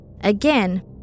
Again